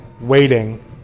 waiting